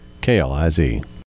KLIZ